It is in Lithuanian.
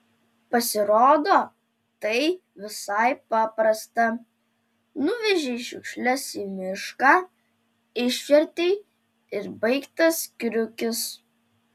pasirodo tai visai paprasta nuvežei šiukšles į mišką išvertei ir baigtas kriukis